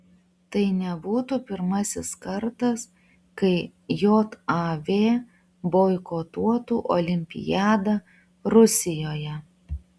tai nebūtų pirmasis kartas kai jav boikotuotų olimpiadą rusijoje